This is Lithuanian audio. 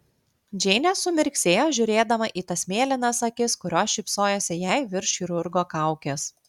džeinė sumirksėjo žiūrėdama į tas mėlynas akis kurios šypsojosi jai virš chirurgo kaukės